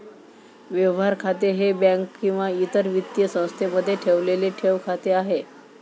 व्यवहार खाते हे बँक किंवा इतर वित्तीय संस्थेमध्ये ठेवलेले ठेव खाते आहे